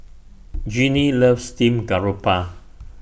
Jeanie loves Steamed Garoupa